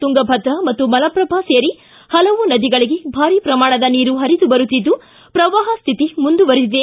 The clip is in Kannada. ತುಂಗಭದ್ರ ಮತ್ತು ಮಲಪ್ರಭಾ ಸೇರಿ ಹಲವು ನದಿಗಳಿಗೆ ಭಾರಿ ಪ್ರಮಾಣದ ನೀರು ಪರಿದು ಬರುತ್ತಿದ್ದು ಪ್ರವಾಪ ಸ್ಥಿತಿ ಮುಂದುವರಿದಿದೆ